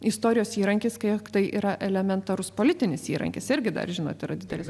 istorijos įrankis kiek tai yra elementarus politinis įrankis irgi dar žinot yra didelis